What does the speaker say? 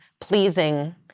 pleasing